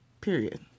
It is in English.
period